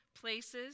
places